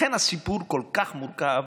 לכן הסיפור כל כך מורכב,